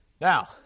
Now